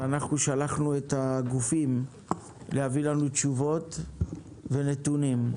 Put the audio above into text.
ואנחנו שלחנו את הגופים להביא לנו תשובות ונתונים.